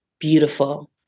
beautiful